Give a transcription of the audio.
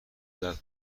زرد